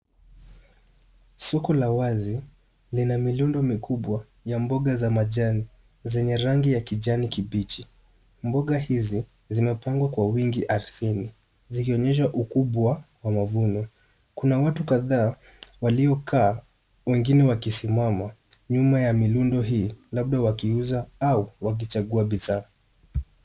Soko la wazi lina milundo mikubwa ya mboga ya majani zenye rangi ya kijani kibichi. Mboga hizi zimepangwa kwa wingi ardhini, zikionyesha ukubwa wa mavuno. Kuna watu kadhaa waliokaa wengine wakisimama, nyuma ya milundo hii labda wakiuza au wakichagua bidhaa.